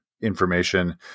information